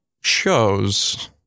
shows